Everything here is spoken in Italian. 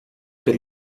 per